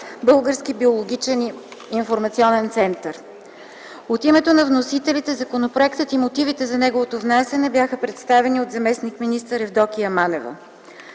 „Български биотехнологичен информационен център”. От името на вносителите законопроектът и мотивите за неговото внасяне бяха представени от заместник министър Евдокия Манева.